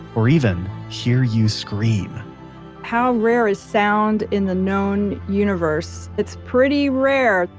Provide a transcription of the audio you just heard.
or even, hear you scream how rare is sound in the known universe? it's pretty rare.